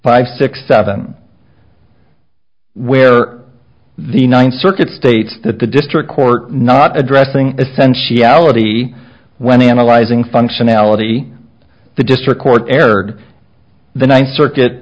five six seven where the ninth circuit states that the district court not addressing essentially ality when analyzing functionality the district court erred the ninth circuit